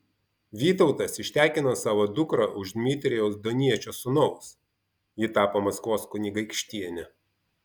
vytautas ištekino savo dukrą už dmitrijaus doniečio sūnaus ji tapo maskvos kunigaikštiene